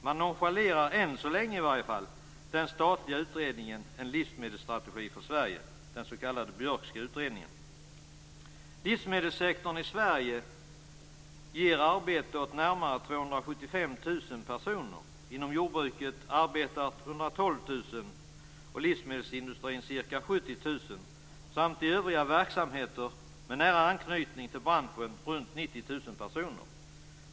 Man nonchalerar i varje fall än så länge den statliga utredningen En livsmedelsstrategi för Sverige, den s.k. Björkska utredningen. Livsmedelssektorn i Sverige ger arbete åt närmare 275 000 personer. Inom jordbruket arbetar 112 000, och i livsmedelsindustrin ca 70 000. I övriga verksamheter med nära anknytning till branschen till branschen arbetar runt 90 000 personer.